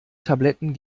tabletten